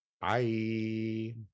Bye